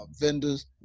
vendors